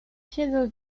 siedzę